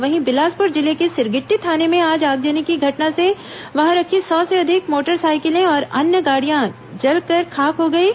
वहीं बिलासप्र जिले के सिरगिटटी थाने में आज आगजनी की घटना से वहां रखी सौ से अधिक मोटरसाइकिलें और अन्य गाड़ियां जलकर खाक हो गईं